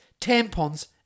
tampons